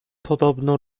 podobno